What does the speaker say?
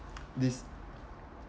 this